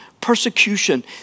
persecution